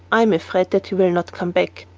i am afraid that you will not come back.